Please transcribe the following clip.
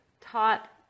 taught